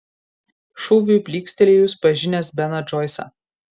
šūviui plykstelėjus pažinęs beną džoisą